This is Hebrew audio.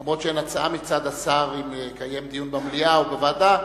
אף-על-פי שאין הצעה מצד השר אם לקיים דיון במליאה או בוועדה,